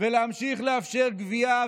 ולהמשיך לאפשר גבייה,